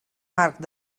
marc